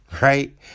right